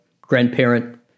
grandparent